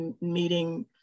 meeting